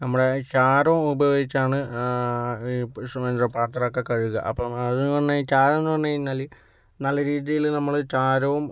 നമ്മുടെ ചാരം ഉപയോഗിച്ചാണ് ഈ പാത്രമൊക്കെ കഴുകുക അപ്പോൾ അതെന്ന് പറഞ്ഞ് കഴിഞ്ഞാൽ ചാരം എന്ന് പ റഞ്ഞ് കഴിഞ്ഞാൽ നല്ല രീതിയിൽ നമ്മൾ ചാരവും